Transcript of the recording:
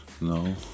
No